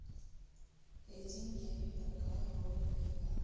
Hedging के भी प्रकार होवअ हई का?